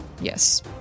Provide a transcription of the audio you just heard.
Yes